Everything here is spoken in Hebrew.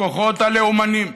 לכוחות הלאומניים,